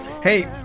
Hey